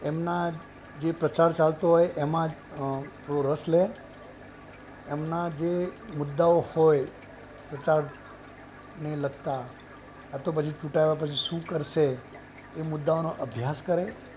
એમના જે પ્રચાર ચાલતો હોય એમાં થોડો રસ લે એમના જે મુદ્દાઓ હોય પ્રચારને લગતા કે ચૂંટાયા પછી શું કરશે એ મુદ્દાઓનો અભ્યાસ કરે